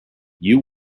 you